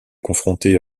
confrontés